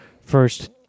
first